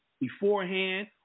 beforehand